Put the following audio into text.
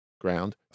ground